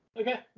Okay